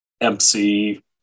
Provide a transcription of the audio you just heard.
MC